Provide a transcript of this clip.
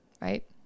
right